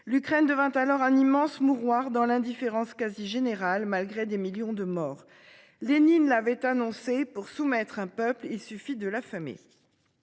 L'Ukraine de 20 alors. Un immense miroir dans l'indifférence quasi générale. Malgré des millions de morts Lénine l'avait annoncé pour soumettre un peuple, il suffit de la famille.